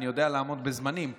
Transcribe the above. אני יודע לעמוד בזמנים,